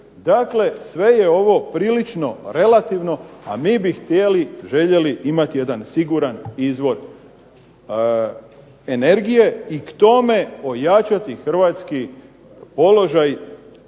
Dakle, sve je ovo prilično relativno, a mi bi htjeli željeli imati jedan siguran izvor energije i k tome pojačati hrvatski položaj